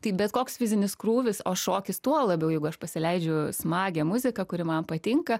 tai bet koks fizinis krūvis o šokis tuo labiau jeigu aš pasileidžiu smagią muziką kuri man patinka